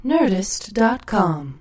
Nerdist.com